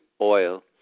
oil